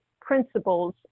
principles